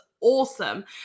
awesome